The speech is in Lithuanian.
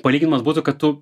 palyginimas būtų kad tu